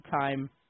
time